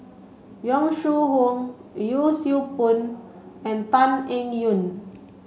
Yong Shu Hoong Yee Siew Pun and Tan Eng Yoon